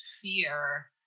fear